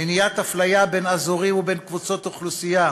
מניעת אפליה בין אזורים ובין קבוצות אוכלוסייה